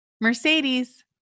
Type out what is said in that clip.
Mercedes